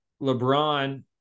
LeBron